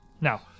Now